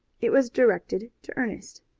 it was directed to ernest.